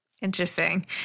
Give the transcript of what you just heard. Interesting